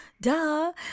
Duh